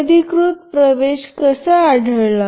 अनधिकृत प्रवेश कसा आढळला